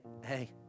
hey